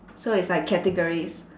so it's like categories